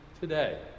today